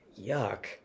Yuck